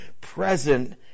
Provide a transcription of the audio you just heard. present